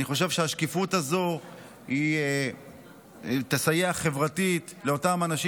אני חושב שהשקיפות הזו תסייע חברתית לאותם אנשים